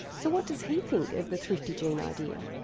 so what does he thing of the thrifty gene idea?